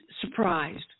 surprised